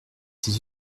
ses